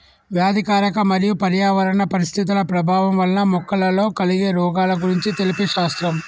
వ్యాధికారక మరియు పర్యావరణ పరిస్థితుల ప్రభావం వలన మొక్కలలో కలిగే రోగాల గురించి తెలిపే శాస్త్రం